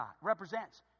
represents